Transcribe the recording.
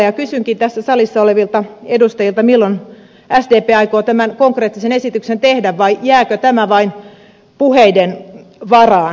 ja kysynkin tässä salissa olevilta edustajilta milloin sdp aikoo tämän konkreettisen esityksen tehdä vai jääkö tämä vain puheiden varaan